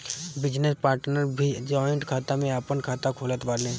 business partner भी joint खाता में आपन खाता खोलत बाने